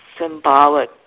symbolic